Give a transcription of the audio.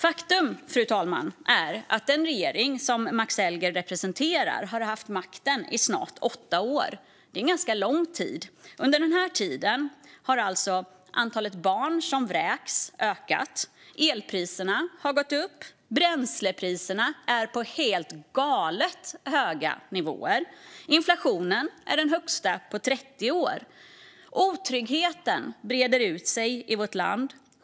Faktum är, fru talman, att den regering som Max Elger representerar har haft makten i snart åtta år. Det är ganska lång tid. Under den tiden har alltså antalet barn som vräks ökat. Elpriserna har gått upp. Bränslepriserna är på helt galet höga nivåer. Inflationen är den högsta på 30 år. Otryggheten breder ut sig i vårt land.